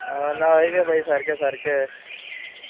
आं ना गे हय गे बाई सारकें सारकें